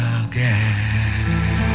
again